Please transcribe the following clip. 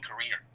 career